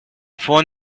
phone